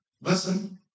Listen